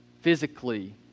physically